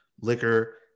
liquor